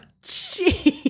Jeez